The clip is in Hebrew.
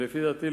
לפי דעתי,